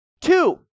Two